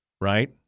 Right